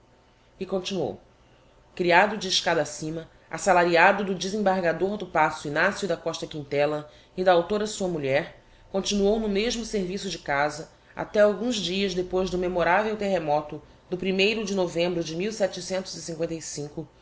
e continuou criado de escada acima assalariado do desembargador do paço ignacio da costa quintella e da a sua mulher continuou no mesmo serviço de casa até alguns dias depois do memoravel terremoto do o de novembro de